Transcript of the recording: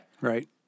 Right